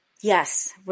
Yes